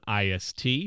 IST